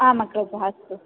आम् अग्रज अस्तु